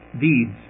deeds